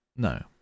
no